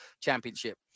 championship